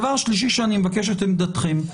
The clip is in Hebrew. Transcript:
דבר שלישי שאני מבקש את עמדתכם בו.